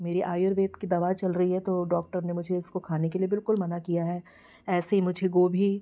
मेरी आयुर्वेद की दवा चल रही है तो डॉक्टर ने मुझे इसको खाने के लिए बिल्कुल मना किया है ऐसे ही मुझे गोभी